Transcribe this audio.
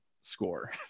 score